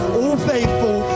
all-faithful